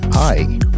Hi